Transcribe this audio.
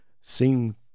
seem